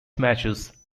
matches